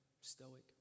stoic